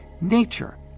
nature